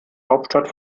hauptstadt